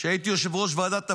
כשהייתי יושב-ראש ועדת הפנים,